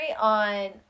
on